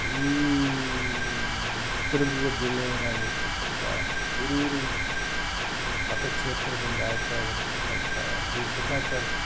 ಈ ಚಿತ್ರದುರ್ಗ ಜಿಲ್ಲೆಯವರಾಗಿರ್ತಕ್ಕಂಥ ಹಿರಿಯೂರು ಮತ ಕ್ಷೇತ್ರದಿಂದ ಆಯ್ಕೆಯಾಗಿರತಕ್ಕಂಥ ಡಿ ಸುಧಾಕರ್